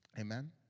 amen